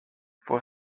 fue